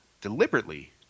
deliberately